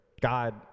God